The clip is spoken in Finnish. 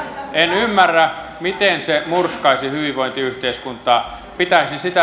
en ymmärrä miten se murskasi myy vain yhteiskunta pitäisi sitä